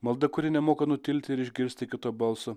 malda kuri nemoka nutilti ir išgirsti kito balso